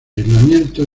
aislamiento